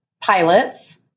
pilots